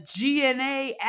GNA